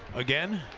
again.